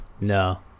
no